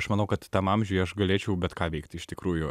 aš manau kad tam amžiuj aš galėčiau bet ką veikt iš tikrųjų